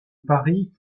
paris